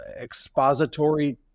expository